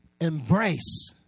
embrace